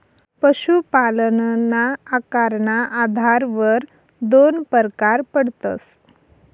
पशुपालनना आकारना आधारवर दोन परकार पडतस